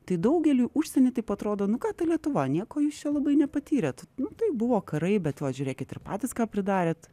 tai daugeliui užsieny taip atrodo nu ką ta lietuva nieko jūs čia labai nepatyrėt taip buvo karai bet va žiūrėkit ir patys ką pridarėt